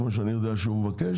כמו שאני יודע שהוא מבקש,